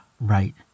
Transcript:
right